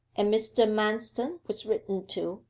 and mr. manston was written to,